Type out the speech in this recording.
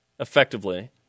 Effectively